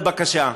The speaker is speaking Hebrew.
ובבקשה.